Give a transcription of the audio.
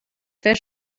wer